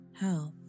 health